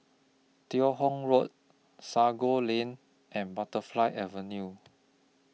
Teo Hong Road Sago Lane and Butterfly Avenue